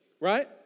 right